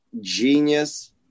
genius